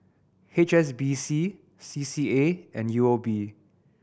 H S B C C C A and U O B